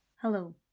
Hello